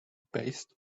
based